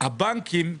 הבנקים,